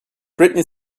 britney